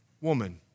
Woman